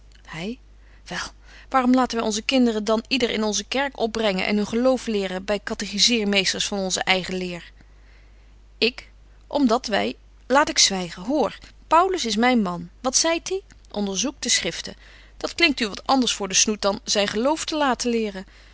hy wel waaröm laten wy onze kinderen dan yder in onze kerk opbrengen en hun geloof leren by kategizeermeesters van onze eigen leer ik om dat wy laat ik zwygen hoor betje wolff en aagje deken historie van mejuffrouw sara burgerhart paulus is myn man wat zeit die onderzoek de schriften dat klinkt u wat anders voor den snoet dan zyn geloof te laten leren